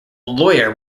lawyer